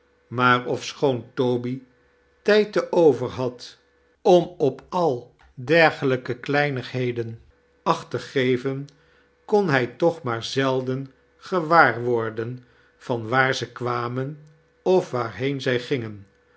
maar ofschoon toby tijd te over had om op al dergelijke kleinigheden acht te geven kon hij toch maar zelden gewaar worden van waar ze kwamen of waarheen zij gingen